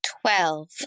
Twelve